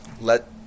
let –